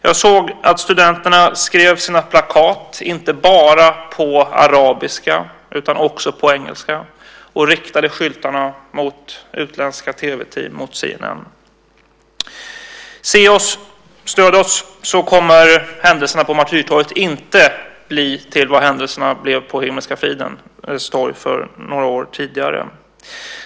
Jag såg att studenterna skrev sina plakat inte bara på arabiska utan också på engelska och riktade skyltarna mot utländska tv-team, mot CNN. Se oss, stöd oss, så kommer händelserna på Martyrtorget inte bli det som händelserna på Himmelska fridens torg blev några år tidigare.